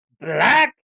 black